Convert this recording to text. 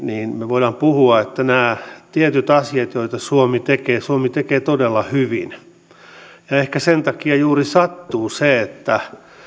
niin me voimme puhua että nämä tietyt asiat joita suomi tekee suomi tekee todella hyvin ehkä sen takia juuri sattuu se että